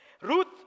Ruth